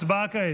הצבעה כעת.